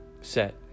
set